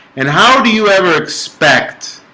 and how do you ever expect?